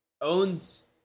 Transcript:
owns